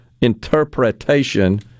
interpretation